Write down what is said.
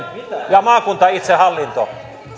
ja maakuntaitsehallintoa